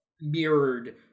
mirrored